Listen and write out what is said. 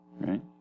Right